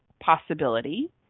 possibility